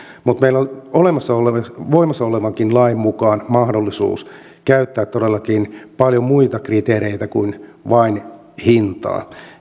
mutta meillä on voimassa olevankin lain mukaan mahdollisuus käyttää todellakin paljon muitakin kriteereitä kuin vain hintaa